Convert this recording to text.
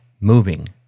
moving